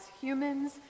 humans